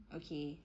okay